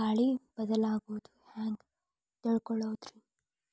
ಗಾಳಿ ಬದಲಾಗೊದು ಹ್ಯಾಂಗ್ ತಿಳ್ಕೋಳೊದ್ರೇ?